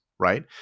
Right